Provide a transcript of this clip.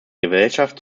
gesellschaft